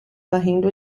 varrendo